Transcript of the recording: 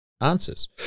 answers